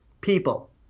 people